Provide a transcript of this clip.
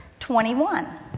21